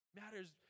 Matters